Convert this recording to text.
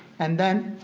and then,